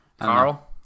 Carl